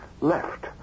left